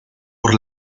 por